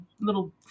little